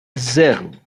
zero